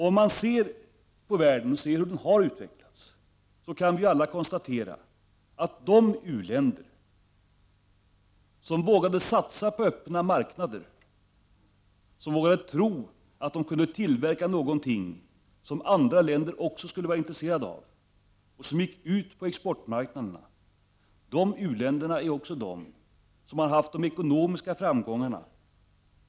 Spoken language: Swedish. Om man ser på världen såsom den har utvecklats, kan vi konstatera att de utvecklingsländer som vågat satsa på öppna marknader, som vågat tro att de kan tillverka något som andra länder också skulle kunna vara intresserade av och som gett sig ut på exportmarknaderna är de länder som har haft de ekonomiska framgångarna.